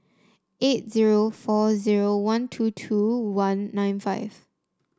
eight zero four zeroone two two one nine five